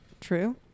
true